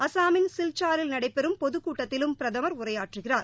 அசாமின் சில்சாரில் நடைபெறும் பொது கூட்டத்திலும் பிரதமர் உரையாற்றுகிறார்